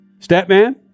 Statman